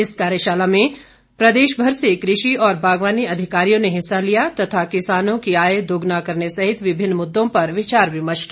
इस कार्यशाला में प्रदेशभर से कृषि और बागवानी अधिकारियों ने हिस्सा लिया तथा किसानों की आय दोगुना करने सहित विभिन्न मुद्दों पर विचार विमर्श किया